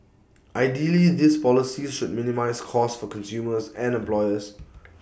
ideally these policies should minimise cost for consumers and employers